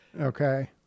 okay